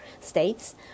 states